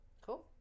Cool